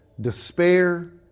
despair